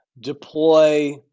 deploy